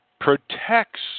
protects